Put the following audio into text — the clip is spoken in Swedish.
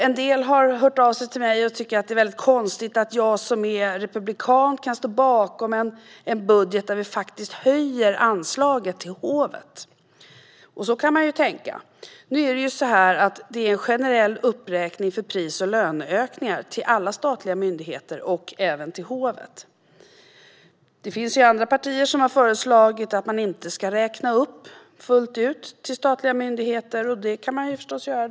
En del har hört av sig till mig och tycker att det är väldigt konstigt att jag som är republikan kan stå bakom en budget där vi faktiskt höjer anslaget till hovet. Och så kan man ju tänka. Men det rör sig i själva verket om en generell uppräkning för pris och löneökningar till alla statliga myndigheter, även till hovet. Det finns andra partier som har föreslagit att man inte ska räkna upp fullt ut till statliga myndigheter. Så kan man förstås göra.